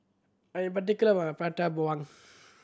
I am particular about Prata Bawang